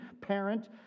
parent